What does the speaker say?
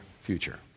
future